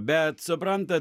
bet suprantat